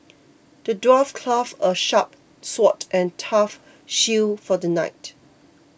the dwarf crafted a sharp sword and a tough shield for the knight